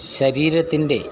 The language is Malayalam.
ശരീരത്തിൻ്റെ